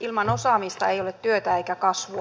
ilman osaamista ei ole työtä eikä kasvua